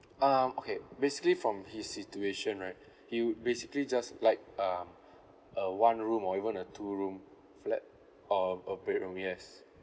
um okay basically from his situation right he basically just like um a one room or even a two room flat or a bedroom yes